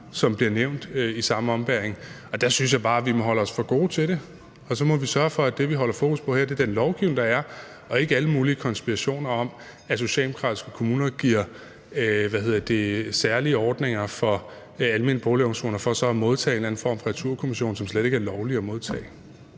som bliver nævnt i samme ombæring, har. Der synes jeg bare, vi må holde os for gode til det. Og så må vi sørge for, at det, vi holder fokus på her, er den lovgivning, der er, og ikke på alle mulige konspirationer om, at socialdemokratiske kommuner giver særlige ordninger for almene boligorganisationer for så at modtage en eller anden form for returkommission, som slet ikke er lovlig at modtage.